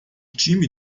time